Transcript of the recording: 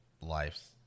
lives